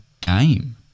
game